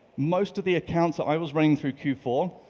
most of the accounts that i was running through q four,